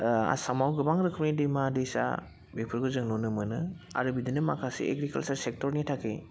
आसामाव गोबां रोखोमनि दैमा दैसा बेफोरखौ जों नुनो मोनो आरो बिदिनो माखासे एग्रिकालसार सेक्टरनि थाखाय